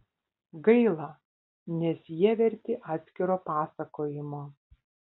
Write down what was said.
gaila nes jie verti atskiro pasakojimo